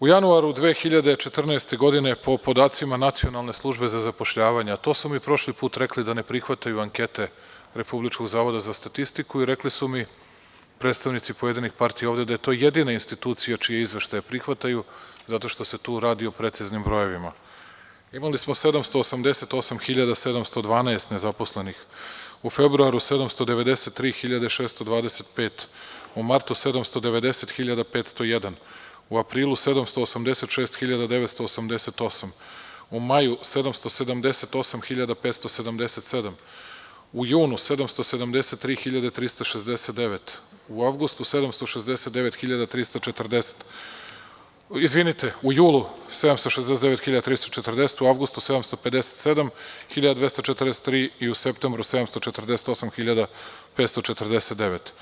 U januaru 2014. godine, po podacima Nacionalne službe za zapošljavanje, a to su mi i prošli put rekli da ne prihvataju ankete Republičkog zavoda za statistiku i rekli su mi predstavnici pojedinih partija ovde da je to jedina institucija čije izveštaje prihvataju, zato što se tu radi o preciznim brojevima, imali smo 788 hiljada 712 nezaposlenih; u februaru 793 hiljade 625; u martu 790 hiljada 501; u aprilu 786 hiljada 988; u maju 778 hiljada 577; u junu 773 hiljade 369; u julu 769.340; u avgustu 757 hiljada 243 i u septembru 748 hiljada 549.